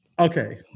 Okay